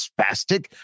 spastic